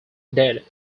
dead